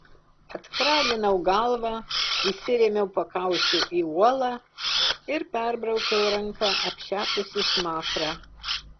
atkraginau galvą įsirėmiau pakaušiu į uolą ir perbraukiau ranka apšepusį smakrą